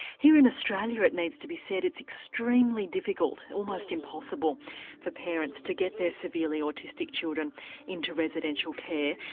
here in australia, it needs to be said, it's extremely difficult, almost impossible for parents to get their severely autistic children into residential care,